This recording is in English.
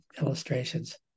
illustrations